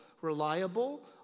reliable